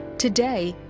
today,